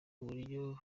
uburyo